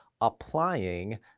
applying